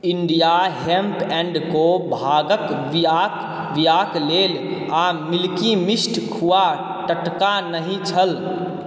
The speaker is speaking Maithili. इण्डिया हेम्प एण्ड को भागके बिआके तेल आओर मिल्की मिस्ट खुआ टटका नहि छल